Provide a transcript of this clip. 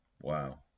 Wow